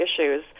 issues